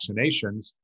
vaccinations